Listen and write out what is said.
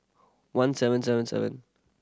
one seven seven seven